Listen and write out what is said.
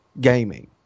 gaming